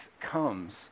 comes